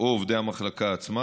המועדון ואומרים